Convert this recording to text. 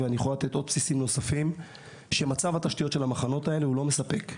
של בסיסים נוספים שמצב התשתיות של המחנות האלה אינו מספק,